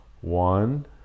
One